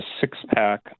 six-pack